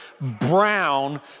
brown